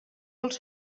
dels